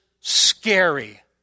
scary